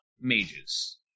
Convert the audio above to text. mages